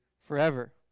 forever